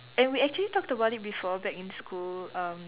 and we actually talked about it before back in school um